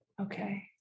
Okay